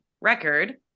record